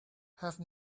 have